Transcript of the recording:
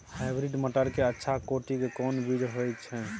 Hybrid मटर के अच्छा कोटि के कोन बीज होय छै?